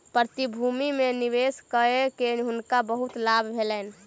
प्रतिभूति में निवेश कय के हुनका बहुत लाभ भेलैन